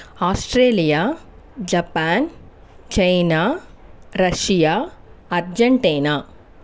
Australia Japan China Russia Argentina